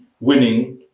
winning